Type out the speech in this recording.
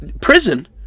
prison